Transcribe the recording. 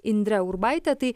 indre urbaite tai